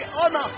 honor